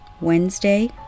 Wednesday